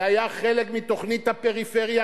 זה היה חלק מתוכנית הפריפריה,